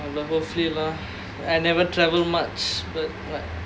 but hopefully lah I never travel much but like